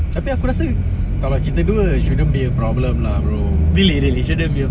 tapi aku rasa kalau kita dua shouldn't be a problem lah bro